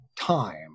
time